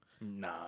Nah